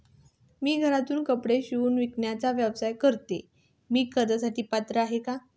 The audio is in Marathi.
मी घरातूनच कपडे शिवून विकण्याचा व्यवसाय करते, मी कर्जासाठी पात्र आहे का?